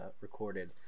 recorded